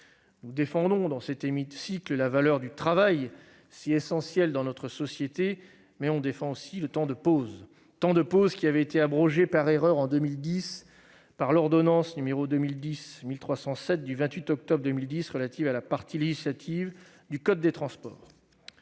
nous défendons la valeur du travail, si essentielle dans notre société, mais nous défendons aussi les temps de pause, lesquels avaient été abrogés par erreur en 2010 par l'ordonnance n° 2010-1307 du 28 octobre 2010 relative à la partie législative du code des transports.